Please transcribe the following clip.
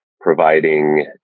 providing